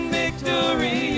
victory